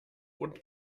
und